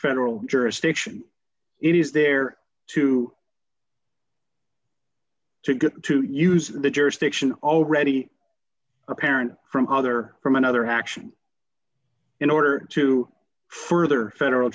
federal jurisdiction it is there to to get to use the jurisdiction already apparent from other from another action in order to further federal